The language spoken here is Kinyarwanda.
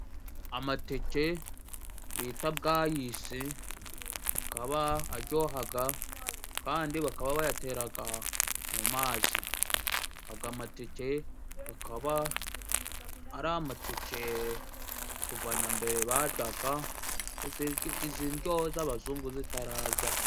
Amateke bita bwayisi，akaba aryohaga，kandi bakaba bayateraga mu mazi. Aga mateke kakaba ari amateke kuva na mbere baryaga， izi ndyo z'abazungu zitaraza.